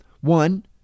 One